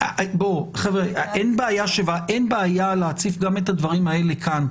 אין בעיה להציף גם את הדברים האלה כאן,